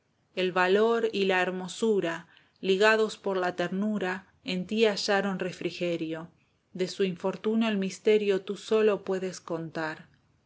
el valor y la hermosura ligados por la ternura en tí hallaron refrigerio de su infortunio el misterio tú solo puedes contar